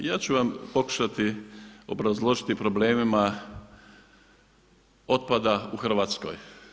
Ja ću vam pokušati obrazložiti problemima otpada u Hrvatskoj.